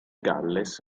galles